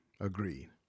Agreed